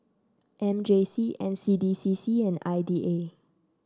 M J C N C D C C and I D A